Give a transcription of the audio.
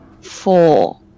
four